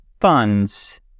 funds